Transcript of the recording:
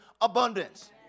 abundance